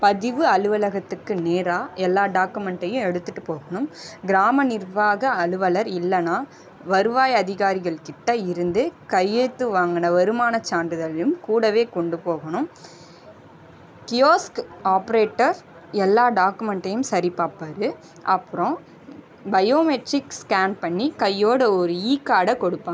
பதிவு அலுவலகத்துக்கு நேராக எல்லா டாக்குமெண்ட்டையும் எடுத்துட்டு போகணும் கிராம நிர்வாக அலுவலர் இல்லைன்னா வருவாய் அதிகாரிகள் கிட்டே இருந்து கையெழுத்து வாங்கின வருமானச் சான்றிதழையும் கூடவே கொண்டு போகணும் கியோஸ்க் ஆப்ரேட்டர் எல்லா டாக்குமெண்ட்டையும் சரி பார்ப்பாரு அப்புறம் பயோமெட்ரிக் ஸ்கேன் பண்ணி கையோடு ஒரு இ கார்டை கொடுப்பாங்க